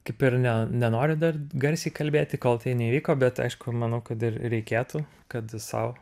kaip ir ne nenoriu dar garsiai kalbėti kol tai neįvyko bet aišku manau kad ir reikėtų kad sau